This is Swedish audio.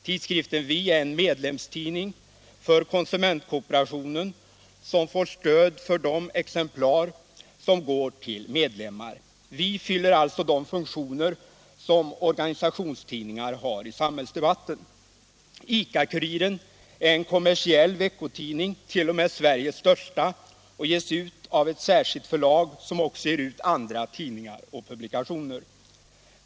Tidskriften Vi är en medlemstidning för konsumentkooperationen som får stöd för de exemplar som går till medlemmar. Tidningen Vi fyller alltså de funktioner som organisationstidningar har i samhällsdebatten. ICA-Kuriren är däremot en kommersiell veckotidning — t.o.m. Sveriges största — och ges ut av ett särskilt förlag, som också ger ut andra tidningar och publikationer.